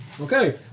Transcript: Okay